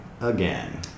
again